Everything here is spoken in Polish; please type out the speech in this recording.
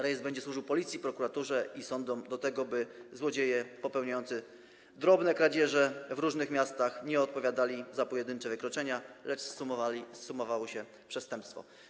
Rejestr będzie służył policji, prokuraturze i sądom do tego, by złodzieje popełniający drobne kradzieże w różnych miastach nie odpowiadali za pojedyncze wykroczenia, lecz zsumowane przestępstwo.